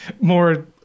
more